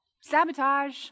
sabotage